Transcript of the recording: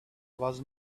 was